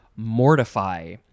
Mortify